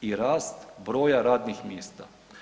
i rast broja radnih mjesta.